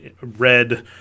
red